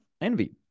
envy